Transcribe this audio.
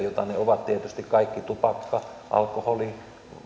jota ne ovat tietysti kaikki tupakka alkoholi